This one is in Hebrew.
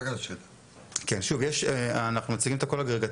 אנחנו מציגים את הכל אגרגטיבי,